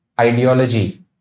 ideology